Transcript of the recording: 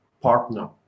partner